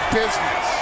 business